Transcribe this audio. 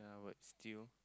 and what's steel